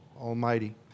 almighty